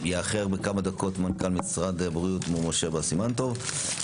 יאחר בכמה דקות מנכ"ל משרד הבריאות מר משה בר סימן טוב.